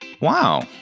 Wow